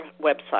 website